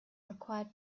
required